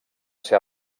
ser